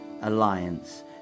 alliance